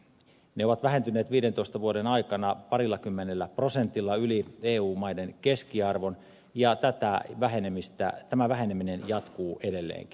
ne ovat vähentyneet viidentoista vuoden aikana parillakymmenellä prosentilla yli eu maiden keskiarvon ja tämä väheneminen jatkuu edelleenkin